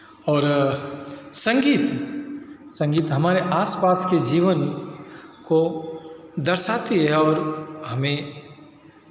और संगीत संगीत हमारे आसपास के जीवन को दर्शाती है और हमें